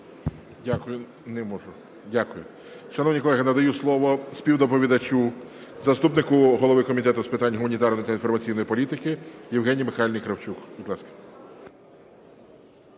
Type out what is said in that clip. Дякую. Шановні колеги, надаю слово співдоповідачу – заступнику голови Комітету з питань гуманітарної та інформаційної політики Євгенії Михайлівні Кравчук.